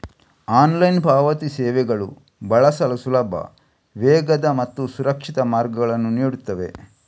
online ಪಾವತಿ ಸೇವೆಗಳು ಬಳಸಲು ಸುಲಭ, ವೇಗದ ಮತ್ತು ಸುರಕ್ಷಿತ ಮಾರ್ಗಗಳನ್ನು ನೀಡುತ್ತವೆ